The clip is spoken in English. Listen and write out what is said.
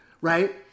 right